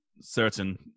certain